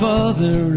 Father